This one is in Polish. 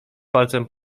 palcem